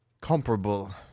comparable